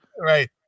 Right